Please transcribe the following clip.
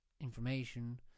information